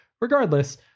regardless